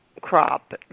crop